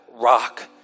rock